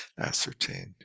ascertained